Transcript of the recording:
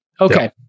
Okay